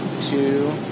two